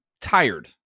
tired